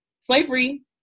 slavery